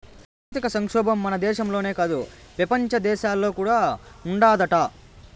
ఆర్థిక సంక్షోబం మన దేశంలోనే కాదు, పెపంచ దేశాల్లో కూడా ఉండాదట